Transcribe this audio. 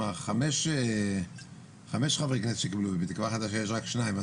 חמישה חברי כנסת שקיבלו ובתקווה חדשה יש רק שניים.